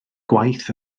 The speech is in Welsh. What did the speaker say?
gwaith